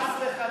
חס וחלילה.